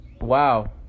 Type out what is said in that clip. Wow